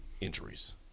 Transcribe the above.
injuries